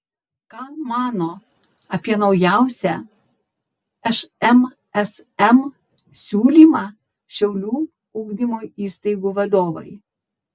ką mano apie naujausią šmsm siūlymą šiaulių ugdymo įstaigų vadovai